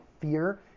fear